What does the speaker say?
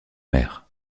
mer